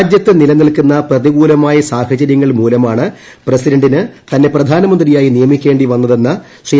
രാജ്യത്ത് നിലനിൽക്കുന്ന പ്രതികൂലമായ്ക്ക് സാഹചര്യങ്ങൾ മൂലമാണ് പ്രസിഡന്റിന് തന്നെ പ്രധാന്തമിന്തിയ്കായി നിയമിക്കേണ്ടി വന്നതെന്ന ശ്രീ